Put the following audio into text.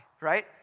right